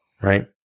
right